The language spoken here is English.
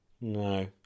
No